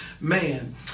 man